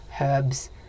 herbs